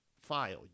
file